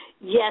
yes